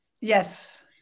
Yes